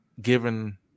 given